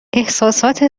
احساسات